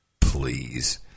Please